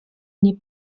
nie